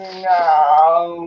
now